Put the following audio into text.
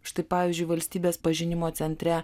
štai pavyzdžiui valstybės pažinimo centre